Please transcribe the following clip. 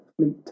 fleet